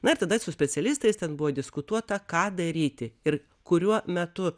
nair tada su specialistais ten buvo diskutuota ką daryti ir kuriuo metu